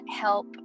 help